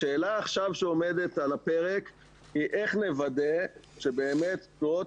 השאלה שעומדת עכשיו על הפרק היא איך נוודא שבאמת תנועות